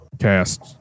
cast